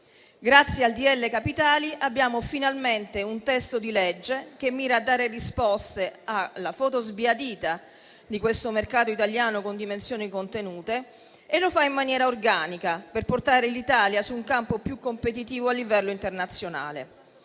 di legge capitali abbiamo finalmente un testo di legge che mira a dare risposte alla foto sbiadita di questo mercato italiano con dimensioni contenute e che lo fa in maniera organica, per portare l'Italia su un campo più competitivo a livello internazionale.